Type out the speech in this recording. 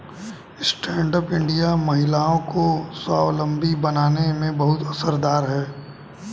stand up India महिलाओं को स्वावलम्बी बनाने में बहुत असरदार है